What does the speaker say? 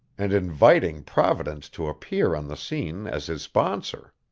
and inviting providence to appear on the scene as his sponsor.